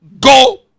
go